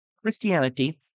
christianity